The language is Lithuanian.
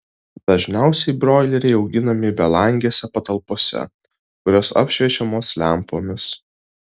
dažniausiai broileriai auginami belangėse patalpose kurios apšviečiamos lempomis